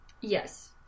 Yes